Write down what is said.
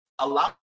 Allow